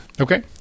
Okay